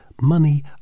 money